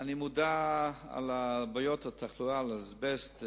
אני מודע לבעיות התחלואה מאזבסט,